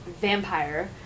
vampire